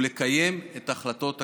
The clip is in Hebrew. ולקיים את החלטות הכנסת.